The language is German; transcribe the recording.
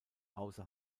außer